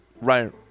right